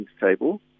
table